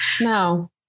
No